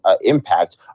impact